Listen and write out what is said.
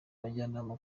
abajyanama